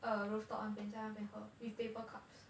err rooftop 那边在那边喝 with paper cups